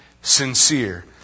sincere